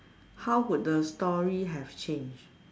how would the story have changed